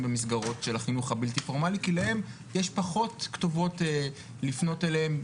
במסגרות של החינוך הבלתי פורמלי כי להם יש פחות כתובות לפנות אליהם,